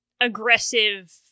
aggressive